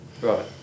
Right